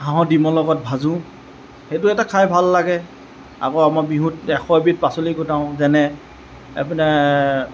হাঁহৰ দিমৰ লগত ভাজোঁ সেইটো এটা খায় ভাল লাগে আকৌ আমাৰ বিহুত এশ এবিধ পাচলি গোটাও যেনে এই পিনে